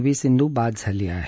V Sindhu बाद झाली आहे